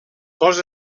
cos